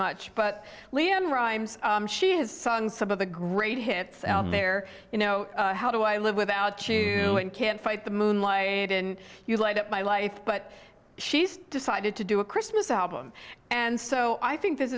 much but leann rimes she has sung some of the great hits out there you know how do i live without you can't fight the moonlight and you light up my life but she's decided to do a christmas album and so i think this